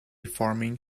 farming